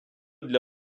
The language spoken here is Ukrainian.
для